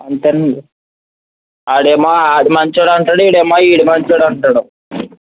అంతేనండి వాడేమో వాడు మంచోడంటాడు వీడేమో వీడు మంచోడంటాడు